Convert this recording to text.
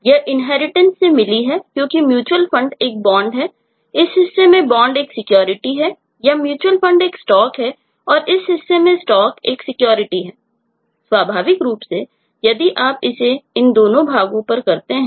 यह इन्हेरिटेंस हो सकती हैं